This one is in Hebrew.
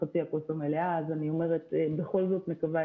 חצי הכוס המלאה אז אני אומר שבכל זאת מקווה.